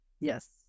Yes